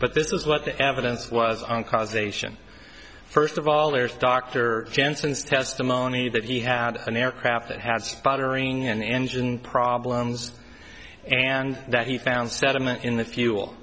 but this is what the evidence was on causation first of all there's dr jensen's testimony that he had an aircraft that had spidering and engine problems and that he found sediment in the fuel